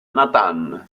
nathan